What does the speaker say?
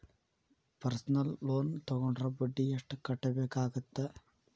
personal loan ತೊಗೊಂಡ್ರ ಬಡ್ಡಿ ಎಷ್ಟ್ ಕಟ್ಟಬೇಕಾಗತ್ತಾ